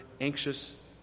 anxious